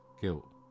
Guilt